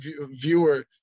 viewer